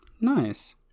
nice